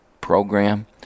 program